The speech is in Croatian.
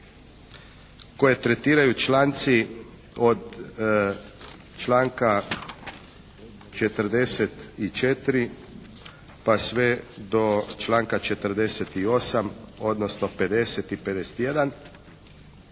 koje tretiraju članci od članka 44. pa sve do članka 48. odnosno 50. i 51.,